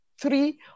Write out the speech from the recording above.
three